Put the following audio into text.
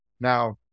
Now